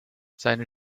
seine